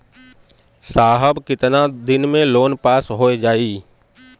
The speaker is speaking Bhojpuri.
साहब कितना दिन में लोन पास हो जाई?